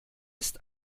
ist